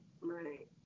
right